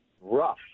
rough